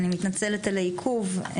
אני מתנצלת על העיכוב.